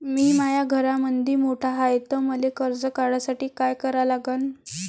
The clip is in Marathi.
मी माया घरामंदी मोठा हाय त मले कर्ज काढासाठी काय करा लागन?